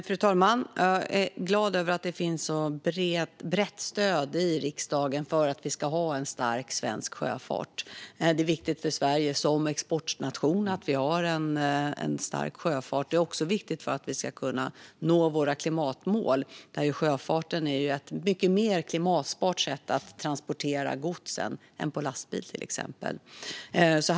Fru talman! Jag är glad att det i riksdagen finns ett brett stöd för att vi ska ha en stark svensk sjöfart. Det är viktigt för Sverige som exportnation att vi har en stark sjöfart. Det är även viktigt för att vi ska kunna nå våra klimatmål; det är ju mycket mer klimatsmart att transportera gods via sjöfarten än via till exempel lastbil.